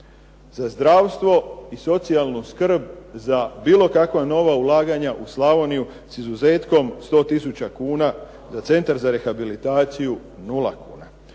za zdravstvo i socijalnu skrb, za bilo kakva nova ulaganja u Slavoniju, s izuzetkom 100 tisuća kuna za Centar za rehabilitaciju nula kuna.